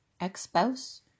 ex-spouse